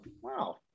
wow